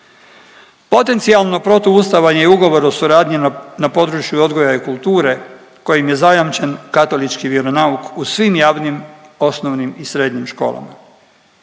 Potencijalno, protuustavan je i Ugovor o suradnji na području odgoja i kulture, kojim je zajamčen katolički vjeronauk u svim javnim osnovnim i srednjim školama.